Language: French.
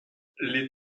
les